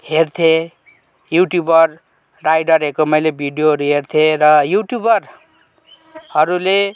हेर्थेँ युट्युबर राइडरहरूको मैले भिडियोहरू हेर्थेँ र युट्युबरहरूले